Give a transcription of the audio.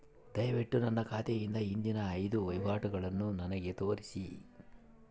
ದಯವಿಟ್ಟು ನನ್ನ ಖಾತೆಯಿಂದ ಹಿಂದಿನ ಐದು ವಹಿವಾಟುಗಳನ್ನು ನನಗೆ ತೋರಿಸಿ